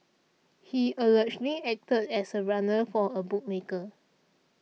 he allegedly acted as a runner for a bookmaker